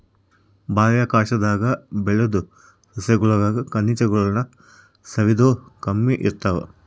ಬಾಹ್ಯಾಕಾಶದಾಗ ಬೆಳುದ್ ಸಸ್ಯಗುಳಾಗ ಖನಿಜಗುಳ್ನ ಸೇವಿಸೋದು ಕಮ್ಮಿ ಇರ್ತತೆ